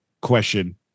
question